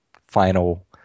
final